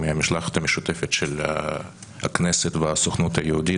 מהמשלחת המשותפת של הכנסת והסוכנות היהודית